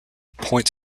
point